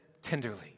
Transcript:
tenderly